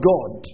God